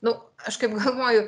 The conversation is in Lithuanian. nu aš kaip galvoju